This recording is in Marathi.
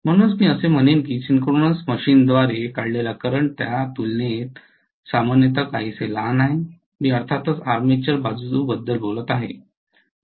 म्हणून मी असे म्हणेन की सिंक्रोनस मशीनद्वारे काढलेला करंट त्या तुलनेत सामान्यतः काहीसे लहान आहे मी अर्थातच आर्मेचर बाजूबद्दल बोलत आहे